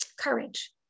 courage